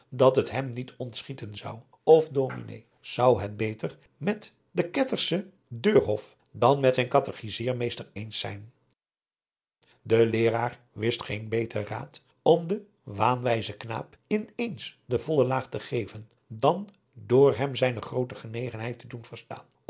dat het hem niet ontschieten zou of dominé zou het beter met den ketterschen deurhoff dan met zijn katechizeermeester eens zijn de leeraar wist geen beter raad om den waanwijzen knaap in eens de volle laag te geven dan door hem zijne groote genegenheid te doen verstaan